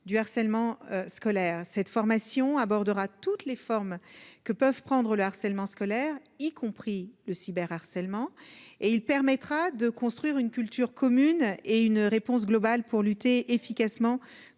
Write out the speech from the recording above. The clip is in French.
du harcèlement scolaire cette formation à bord d'heures à toutes les formes que peuvent prendre le harcèlement scolaire y compris le cyber harcèlement et il permettra de construire une culture commune et une réponse globale pour lutter efficacement